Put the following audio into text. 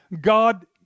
God